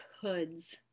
hoods